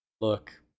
look